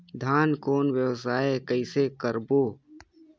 धान कौन व्यवसाय कइसे करबो?